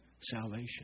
salvation